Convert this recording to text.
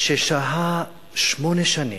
ששהה שמונה שנים,